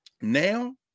Now